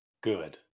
good